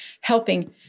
helping